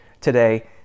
today